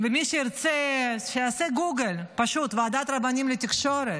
ומי שירצה שיעשה גוגל, פשוט, ועדת רבנים לתקשורת,